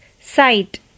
sight